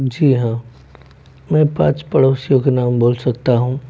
जी हाँ मैं पाँच पड़ोसियों के नाम बोल सकता हूँ